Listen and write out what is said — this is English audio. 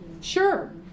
Sure